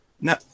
No